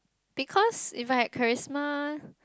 because if I had charisma